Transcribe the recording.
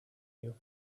you